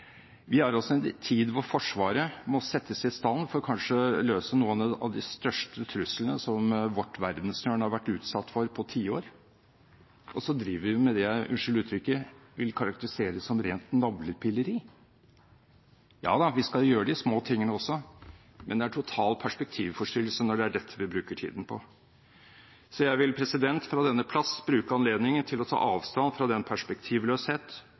Vi er i en tid da Forsvaret må settes i stand til kanskje å møte noen av de største truslene som vårt verdenshjørne har vært utsatt for på tiår, og så driver vi med det jeg vil karakterisere som – unnskyld uttrykket – rent «navlepilleri». Ja da, vi skal også gjøre de små tingene, men det er total perspektivforstyrrelse når det er dette vi bruker tiden på. Så jeg vil fra denne plass bruke anledningen til å ta avstand fra den